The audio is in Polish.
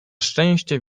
szczęście